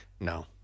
No